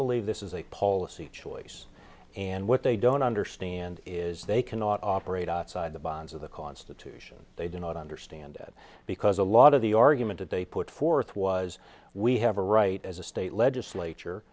believe this is a policy choice and what they don't understand is they cannot operate outside the bonds of the constitution they do not understand because a lot of the argument that they put forth was we have a right as a state legislature